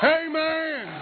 amen